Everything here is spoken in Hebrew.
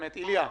איליה,